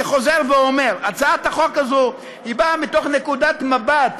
אני חוזר ואומר: הצעת החוק הזאת באה מתוך נקודת מבט,